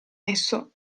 esso